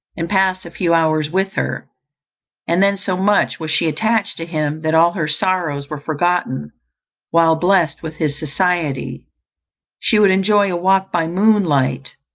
and pass a few hours with her and then so much was she attached to him, that all her sorrows were forgotten while blest with his society she would enjoy a walk by moonlight,